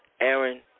Aaron